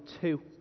two